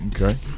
okay